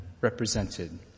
represented